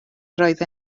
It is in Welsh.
roedd